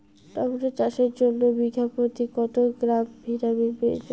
Tomato চাষের জন্য বিঘা প্রতি কত গ্রাম ভিটামিন প্রয়োজন?